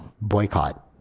boycott